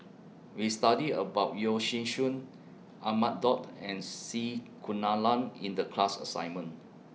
We studied about Yeo Shih Shun Ahmad Daud and C Kunalan in The class assignment